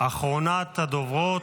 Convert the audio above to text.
אחרונת הדוברים.